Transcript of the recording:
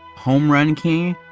homerun king,